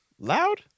Loud